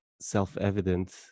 self-evident